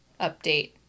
update